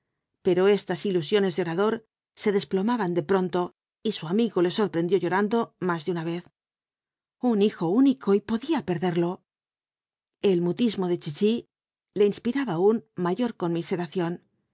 pero estas ilusiones de orador se desplomaban de pronto y su amigo le sorprendió llorando más de una vez un hijo único y podía perderlo el mutismo de chichi le inspiraba aún mayor conmiseración